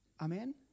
Amen